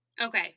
Okay